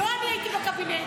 לא אני הייתי בקבינט.